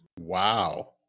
Wow